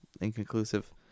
inconclusive